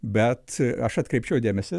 bet aš atkreipčiau dėmesį